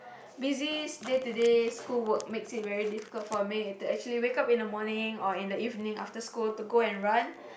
busy day to day school work makes it very difficult for me to actually wake up in the morning or in the evening after school to go and run